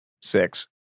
six